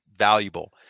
valuable